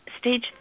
stage